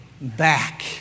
back